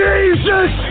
Jesus